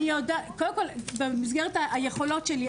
קודם כל במסגרת היכולות שלי,